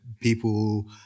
people